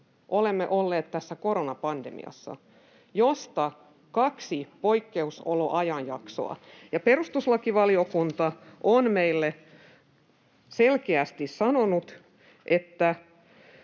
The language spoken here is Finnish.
olemme olleet tässä koronapandemiassa, jossa on ollut kaksi poikkeusoloajanjaksoa. Ja perustuslakivaliokunta on meille selkeästi todennut: